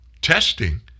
testing